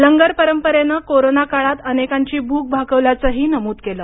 लंगर परंपरेनं कोरोना काळात अनेकांची भूक भागवल्याचेही नमूद केलं